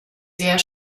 sehr